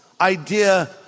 idea